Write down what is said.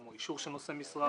כמו: אישור של נושאי משרה.